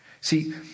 See